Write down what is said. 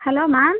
hello ma'am